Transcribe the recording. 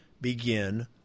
Begin